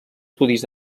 estudis